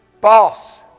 False